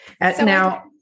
now